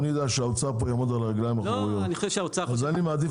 אני יודע שהאוצר יעמוד על הרגליים האחוריות אז אני מעדיף